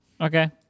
Okay